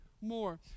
more